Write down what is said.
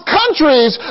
countries